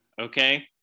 Okay